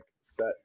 set